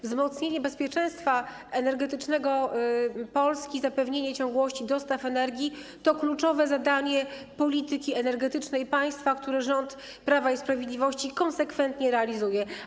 Wzmocnienie bezpieczeństwa energetycznego Polski, zapewnienie ciągłości dostaw energii to kluczowe zadanie polityki energetycznej państwa, które rząd Prawa i Sprawiedliwości konsekwentnie realizuje.